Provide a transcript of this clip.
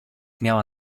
miała